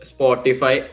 Spotify